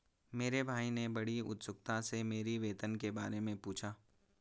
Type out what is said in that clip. मेरे भाई ने बड़ी उत्सुकता से मेरी वेतन के बारे मे पूछा